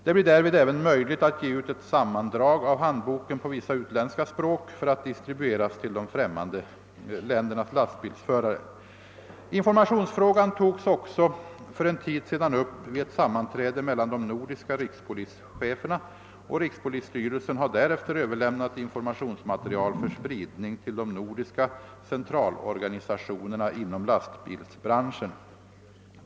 Det blir därvid även möjligt att ge ut ett sammandrag av handboken på vissa utländska språk för att distribueras till lastbilsförare från främmande länder. Informationsfrågan togs också för en tid sedan upp vid ett sammanträde mellan de nordiska rikspolischeferna, och rikspolisstyrelsen har därefter överlämnat informationsmaterial för spridning till de nordiska centralorganisationerna inom lastbilsbranschen.